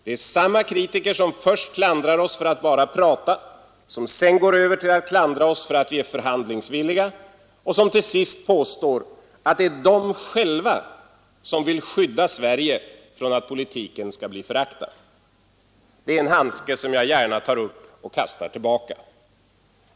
Det är samma kritiker som först klandrar oss för att bara prata, som sedan går över till att klandra oss för att vi är förhandlingsvilliga och som till sist påstår att det är de själva som vill skydda Sverige från att politiken skall bli föraktad. Det är en handske som jag gärna tar upp och kastar tillbaka.